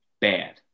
bad